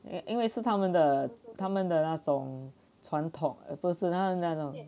因因为是他们的他们的那种传统都是很像那种